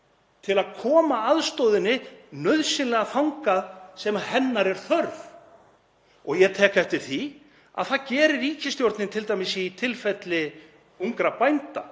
til að koma aðstoðinni nauðsynlega þangað sem hennar er þörf. Ég tek eftir því að það gerir ríkisstjórnin t.d. í tilfelli ungra bænda,